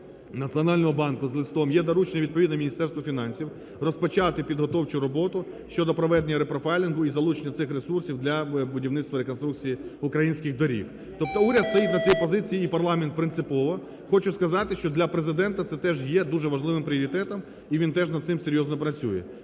Національного банку з листом, є доручення відповідне Міністерству фінансів розпочати підготовчу роботу щодо проведення репрофайлінгу і залучення цих ресурсів для будівництва і реконструкції українських доріг. Тобто уряд стоїть на цій позиції і парламент принципово. Хочу сказати, що для Президента це теж є дуже важливим пріоритетом і він теж над цим серйозно працює.